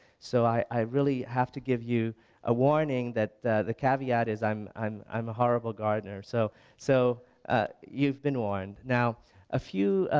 so i really have to give you a warning that the caviat is i'm i'm a horrible gardener. so so you've been warned. now a few,